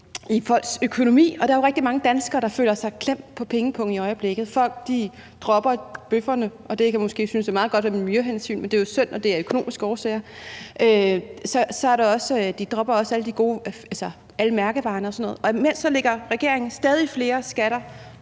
i folks økonomi, og der er jo rigtig mange danskere, der føler sig klemt på pengepungen i øjeblikket. Folk dropper bøfferne, og det kan måske synes at være meget godt i forhold til et miljøhensyn, men det er jo synd, at det er på grund af økonomiske årsager. De dropper også alle mærkevarerne og sådan noget, og imens lægger regeringen stadig flere skatter